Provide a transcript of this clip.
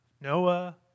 Noah